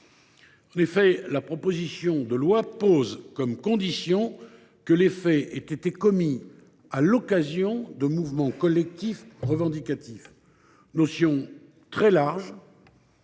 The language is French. En effet, la proposition de loi pose comme condition que les faits aient été commis à l’occasion de « mouvements collectifs revendicatifs », une